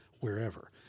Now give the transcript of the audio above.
wherever